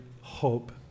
hope